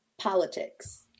politics